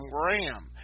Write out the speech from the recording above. Graham